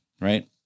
Right